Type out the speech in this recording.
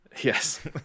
Yes